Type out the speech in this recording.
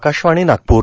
Akashvani Nagpur